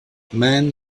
men